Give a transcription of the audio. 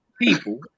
people